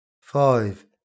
five